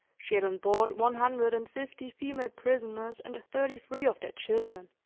she had on board one hundred and fifty female prisoners and thirty-three of their children,